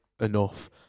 enough